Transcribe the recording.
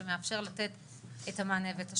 שמאפשר לתת את המענה ואת השירות.